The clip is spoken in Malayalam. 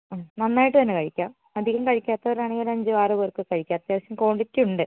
അതെ നന്നായിട്ട്തന്നെ കഴിക്കാം അധികം കഴിക്കാത്തവരാണെങ്കിൽ ഒരു അഞ്ച് ആറോ പേർക്കോ കഴിക്കാം അത്യാവശ്യം ക്വാണ്ടിറ്റി ഉണ്ട്